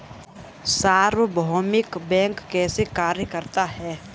सार्वभौमिक बैंक कैसे कार्य करता है?